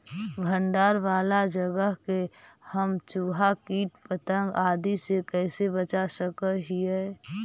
भंडार वाला जगह के हम चुहा, किट पतंग, आदि से कैसे बचा सक हिय?